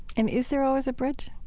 and is there always a bridge?